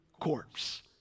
corpse